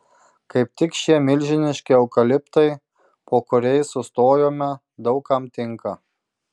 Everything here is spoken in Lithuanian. kaip tik šie milžiniški eukaliptai po kuriais sustojome daug kam tinka